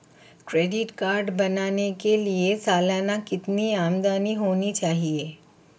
Credit card बनाने के लिए सालाना कितनी आमदनी होनी चाहिए?